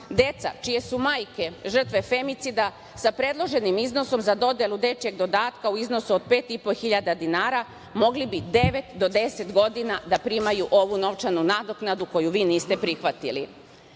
deca čije su majke žrtve femiceda sa predloženim iznosom za dodelu dečijeg dodatka u iznosu od 5.500 dinara, mogli bi devet do deset godina da primaju ovu novčanu nadoknadu koju vi niste prihvatili. Zatim,